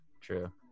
true